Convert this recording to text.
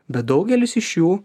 bet daugelis iš jų